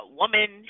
woman